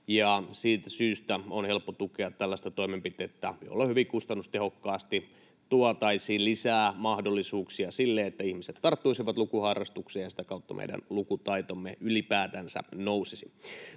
Siitä syystä on helppo tukea tällaista toimenpidettä, jolla hyvin kustannustehokkaasti tuotaisiin lisää mahdollisuuksia siihen, että ihmiset tarttuisivat lukuharrastukseen ja sitä kautta meidän lukutaitomme ylipäätänsä nousisi.